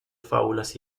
fábulas